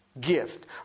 gift